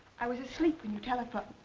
i was asleep when you telephoned.